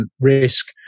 risk